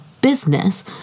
business